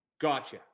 Gotcha